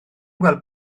gweld